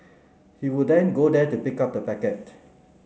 he would then go there to pick up the packet